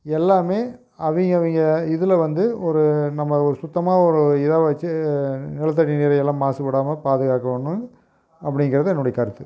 எல்லாமே அவங்க அவங்க இதில் வந்து ஒரு நம்ம ஒரு சுத்தமாக ஒரு இதை வச்சி நிலத்தடி நீரை எல்லாம் மாசு படாமல் பாதுகாக்கணும் அப்படிங்கிறது என்னுடைய கருத்து